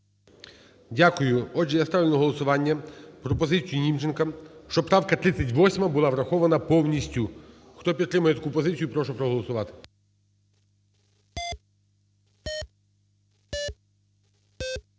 Дякую. Отже, я ставлю на голосування пропозицію Німченка, щоб правка 38 була врахована повністю. Хто підтримує таку позицію, прошу проголосувати.